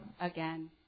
again